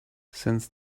since